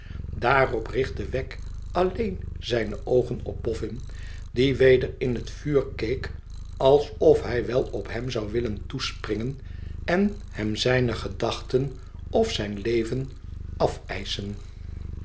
daarop richtte wegg alleen zijne oogen op bofein die weder in het vuur keek alsof hij wel op hem zou willen toespringen en hem zijne gedachten of zijn leven afeischen